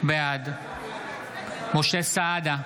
בעד משה סעדה,